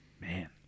Man